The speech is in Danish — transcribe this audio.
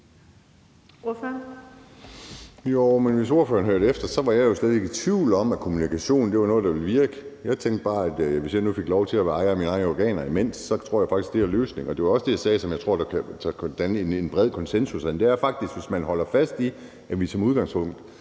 men hvis ordføreren hørte efter, var jeg jo slet ikke i tvivl om, at kommunikation var noget, der ville virke. Jeg tænkte bare, at hvis jeg nu fik lov til at eje mine egne organer imens, tror jeg faktisk at det er løsningen. Det var også det, jeg sagde at jeg tror at der er en bred konsensus om herinde, altså at vi holder fast i, at man som udgangspunkt